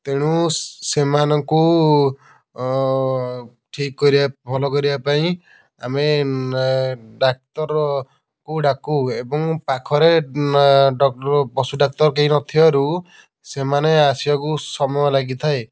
ତେଣୁ ସେମାନଙ୍କୁ ଠିକ୍ କରିବା ଭଲ କରିବା ପାଇଁ ଆମେ ଡ଼ାକ୍ତରକୁ ଡ଼ାକୁ ଏବଂ ପାଖରେ ଡ଼କ୍ଟର୍ ପଶୁ ଡ଼ାକ୍ତର କେହି ନ ଥିବାରୁ ସେମାନେ ଆସିବାକୁ ସମୟ ଲାଗିଥାଏ